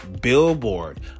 Billboard